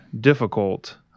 difficult